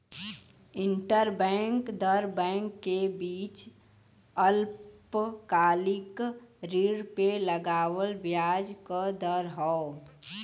interbank दर bank के बीच अल्पकालिक ऋण पे लगावल ब्याज क दर हौ